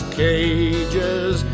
cages